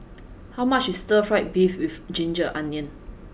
how much is stir fried beef with ginger onions